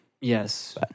Yes